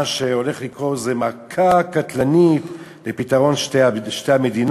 מה שהולך לקרות זה מכה קטלנית לפתרון שתי המדינות,